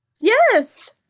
Yes